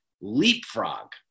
leapfrog